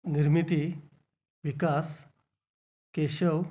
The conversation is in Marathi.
निर्मिती विकास केशव